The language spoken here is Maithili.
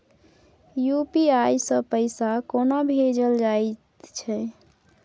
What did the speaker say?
यू.पी.आई सँ पैसा कोना भेजल जाइत छै?